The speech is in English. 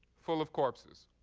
full of corpses,